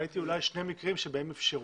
ראיתי אולי שני מקרים בהם אפשרו.